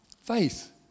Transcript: Faith